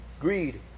Greed